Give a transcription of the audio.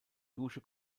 dusche